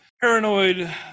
paranoid